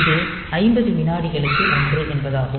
இது 50 வினாடிகளுக்கு ஒன்று என்பதாகும்